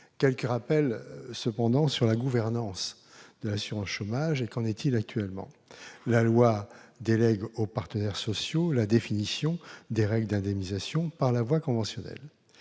Quelques rappels cependant sur la gouvernance de l'assurance chômage. Qu'en est-il actuellement ? La loi délègue aux partenaires sociaux la définition des règles d'indemnisation par la voie conventionnelle.